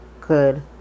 good